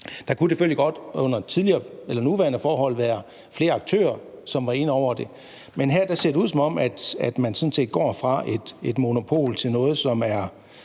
Der kunne selvfølgelig godt under nuværende forhold være flere aktører, som var inde over det, men her ser det ud, som om man går fra et monopol til noget, som er